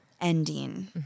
ending